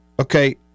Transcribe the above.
Okay